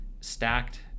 stacked